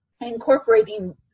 incorporating